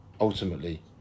ultimately